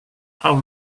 how